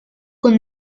con